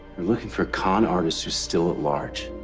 they're looking for a con artist who's still at large.